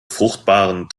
fruchtbaren